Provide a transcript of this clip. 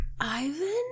Ivan